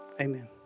Amen